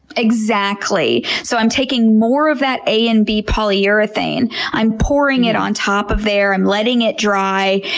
exactly. so i'm taking more of that a and b polyurethane i'm pouring it on top of there. i'm letting it dry,